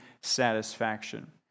satisfaction